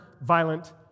violent